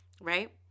right